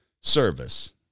service